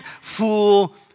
fool